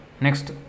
Next